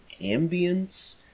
ambience